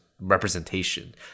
representation